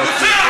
נא להוציא אותו.